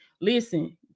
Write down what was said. Listen